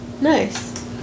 Nice